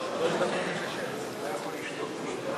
לכן את הכנסת אסור לבזות.